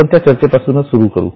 आपण त्या चर्चेपासून सुरुवात करू